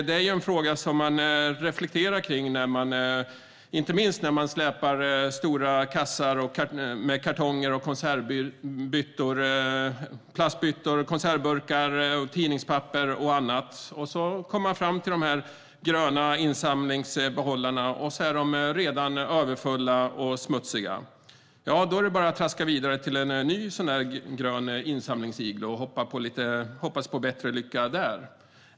Det är en fråga vi inte minst reflekterar över när vi släpar stora kassar med kartonger, plastbyttor, konservburkar, tidningspapper och annat till de gröna insamlingsbehållarna och möts av att de redan är överfulla och smutsiga. Då är det bara att traska vidare till en annan grön insamlingsigloo och hoppas på bättre lycka där.